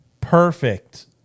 perfect